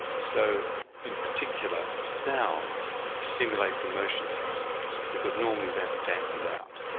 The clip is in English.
so in particular sounds stimulate the motion sensors because normally that's dampened out.